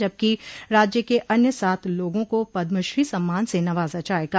जबकि राज्य के अन्य सात लोगों को पद्मश्री सम्मान से नवाज़ा जायेगा